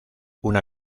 una